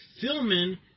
filming